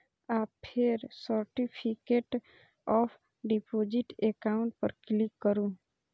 आ फेर certificate of deposit account पर क्लिक करू